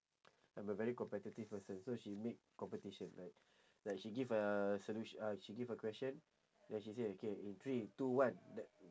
I'm a very competitive person so she make competition like like she give a solution uh she give a question then she say okay in three two one th~